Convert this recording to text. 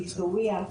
באיסורייה,